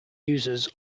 users